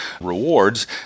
rewards